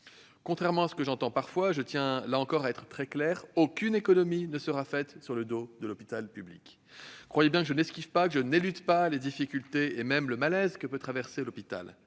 Contrairement à ce que j'entends parfois, et je tiens là encore à être très clair, aucune économie ne sera faite sur le dos de l'hôpital public. Croyez bien que je n'élude pas les difficultés, et même le malaise qui traverse